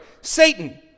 Satan